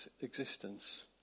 existence